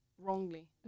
wrongly